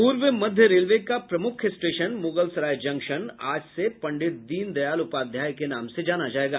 पूर्व मध्य रेलवे का प्रमुख स्टेशन मुगलसराय जंक्शन आज से पंडित दीन दयाल उपाध्याय के नाम से जाना जाएगा